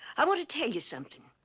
i want to tell you something.